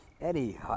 Eddie